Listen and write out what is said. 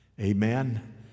Amen